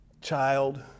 child